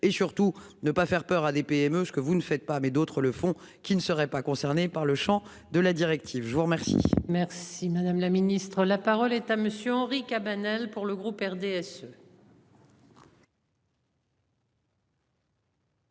et surtout ne pas faire peur à des PME, ce que vous ne faites pas mais d'autres le font, qui ne serait pas concerné par le Champ de la directive, je vous remercie. Merci, madame la Ministre, la parole est à monsieur Henri Cabanel pour le groupe RDSE.